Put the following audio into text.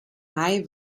mai